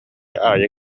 аайы